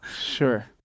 Sure